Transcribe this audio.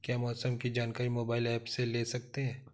क्या मौसम की जानकारी मोबाइल ऐप से ले सकते हैं?